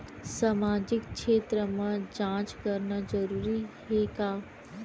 सामाजिक क्षेत्र म जांच करना जरूरी हे का?